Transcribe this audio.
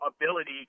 ability